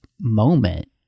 moment